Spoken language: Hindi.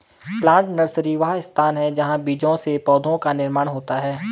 प्लांट नर्सरी वह स्थान है जहां बीजों से पौधों का निर्माण होता है